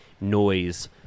noise